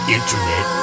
Internet